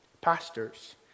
Pastors